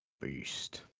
Beast